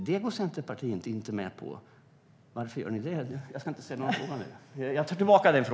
Det går Centerpartiet inte med på.